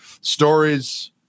stories